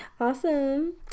awesome